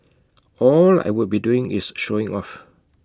all I would be doing is showing off